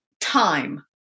time